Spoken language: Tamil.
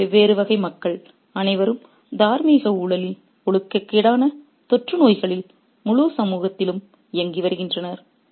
இந்த வெவ்வேறு வகை மக்கள் அனைவரும் தார்மீக ஊழலில் ஒழுக்கக்கேடான தொற்றுநோய்களில் முழு சமூகத்திலும் இயங்கி வருகின்றனர்